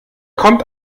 kommt